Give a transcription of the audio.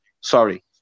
Sorry